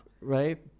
right